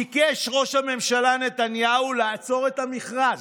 ביקש ראש הממשלה נתניהו לעצור את המכרז.